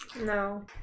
No